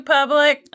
Public